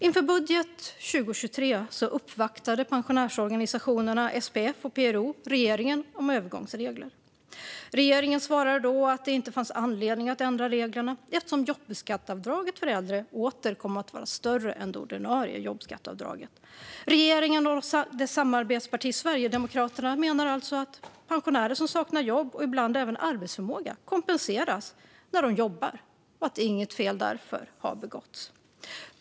Inför budgeten 2023 uppvaktade pensionärsorganisationerna SPF och PRO regeringen om övergångsregler. Regeringen svarade då att det inte fanns anledning att ändra reglerna eftersom jobbskatteavdraget för äldre åter kommer att vara större än det ordinarie jobbskatteavdraget. Regeringen och dess samarbetsparti Sverigedemokraterna menar alltså att pensionärer som saknar jobb och ibland även arbetsförmåga kompenseras när de jobbar och att något fel därför inte har begåtts.